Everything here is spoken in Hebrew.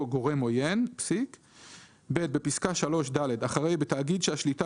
"גורם עוין,"; בפסקה (3)(ד)- (1) אחרי "בתאגיד שהשליטה